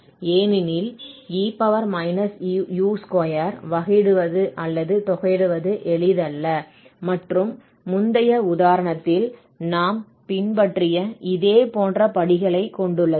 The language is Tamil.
ஏனெனில் e u2 வகையிடுவது அல்லது தொகையிடுவது எளிதல்ல மற்றும் முந்தைய உதாரணத்தில் நாம் பின்பற்றிய இதே போன்ற படிகளைக் கொண்டுள்ளது